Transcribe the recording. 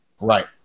Right